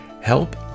help